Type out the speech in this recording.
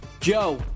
Joe